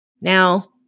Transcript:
Now